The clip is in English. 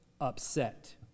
upset